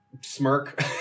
smirk